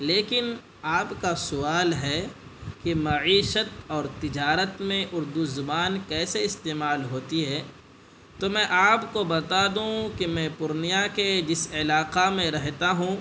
لیکن آپ کا سوال ہے کہ معیشت اور تجارت میں اردو زبان کیسے استعمال ہوتی ہے تو میں آپ کو بتا دوں کہ میں پورنیہ کے جس علاقہ میں رہتا ہوں